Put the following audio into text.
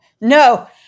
No